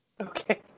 Okay